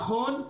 נכון,